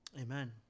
Amen